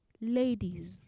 ladies